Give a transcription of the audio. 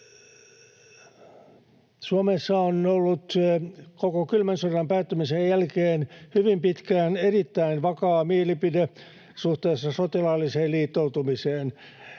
Suomessa on ollut koko kylmän sodan päättymisen jälkeen hyvin pitkään erittäin vakaa mielipide suhteessa sotilaalliseen liittoutumiseen.